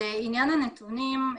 לעניין הנתונים,